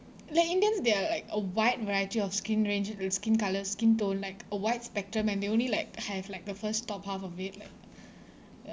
like indians there are like a wide variety of skin range uh skin colour skin tone like a wide spectrum and they only like have like the first top half of it like